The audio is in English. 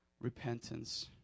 repentance